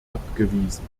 abgewiesen